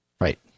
Right